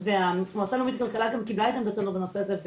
והמועצה הלאומית לכלכלה גם קיבלה את עמדתנו בנושא הזה,